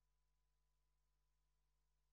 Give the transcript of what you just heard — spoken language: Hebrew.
זה נכון לגבי השאלה מה בכלל מקומם של הסטודנטים במערכת הזאת,